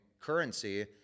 currency